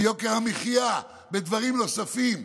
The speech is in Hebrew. ביוקר המחיה, בדברים נוספים.